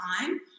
time